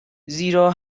زیرا